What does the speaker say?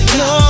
no